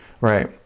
right